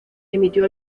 emitió